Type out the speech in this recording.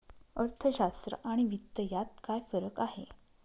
अर्थशास्त्र आणि वित्त यात काय फरक आहे